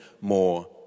more